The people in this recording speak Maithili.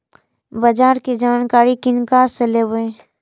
बाजार कै जानकारी किनका से लेवे?